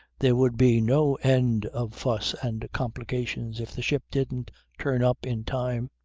there would be no end of fuss and complications if the ship didn't turn up in time.